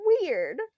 weird